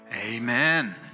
Amen